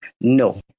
No